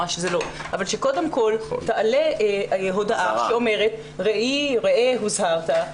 אבל שקודם כל תעלה הודעה שאומרת: ראה הוזהרת,